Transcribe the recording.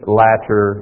latter